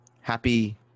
Happy